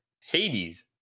Hades